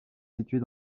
située